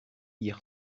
hier